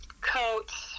coats